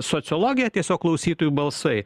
sociologiją tiesiog klausytojų balsai